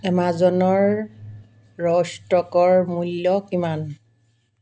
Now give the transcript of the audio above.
এমাজনৰ ৰ ষ্টকৰ মূল্য কিমান